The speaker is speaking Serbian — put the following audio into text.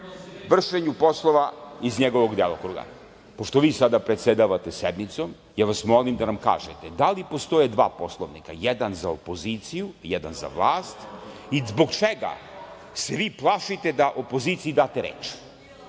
vršenju poslova iz njegovog delokruga. Pošto vi sada predsedavate sednicom, ja vas molim da nam kažete da li postoje dva Poslovnika, jedan za opoziciju i jedan za vlast? Zbog čega se vi plašite da opoziciji date reč?